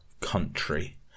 country